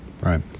Right